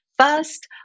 first